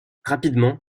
rapidement